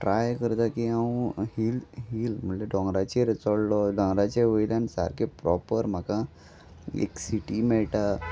try करता की हांव हील हील म्हणल्यार डोंगराचेर चोडलो दोंगराच्याे वयल्यान सारकें प्रोपर म्हाका एक सिटी मेळटा